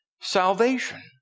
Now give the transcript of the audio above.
salvation